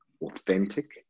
authentic